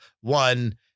one